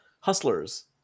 Hustlers